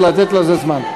ולתת לזה זמן.